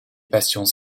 passions